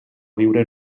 viure